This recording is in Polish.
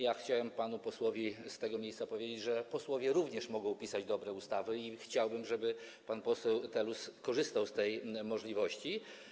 Ja chciałem panu posłowi z tego miejsca powiedzieć, że posłowie również mogą pisać dobre ustawy, i chciałbym, żeby pan poseł Telus korzystał z tej możliwości.